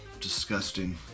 Disgusting